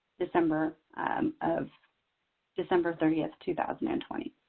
december of december thirtieth, two thousand and twenty.